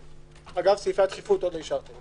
אגב, סעיפי הדחיפות עוד לא אישרתם.